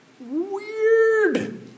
Weird